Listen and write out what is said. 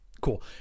cool